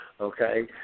Okay